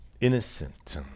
innocent